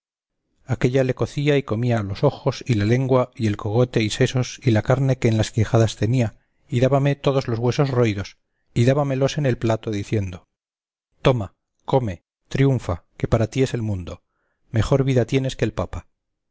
aquélla le cocía y comía los ojos y la lengua y el cogote y sesos y la carne que en las quijadas tenía y dábame todos los huesos roídos y dábamelos en el plato diciendo toma come triunfa que para ti es el mundo mejor vida tienes que el papa